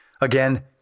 again